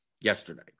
yesterday